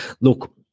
Look